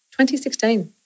2016